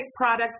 product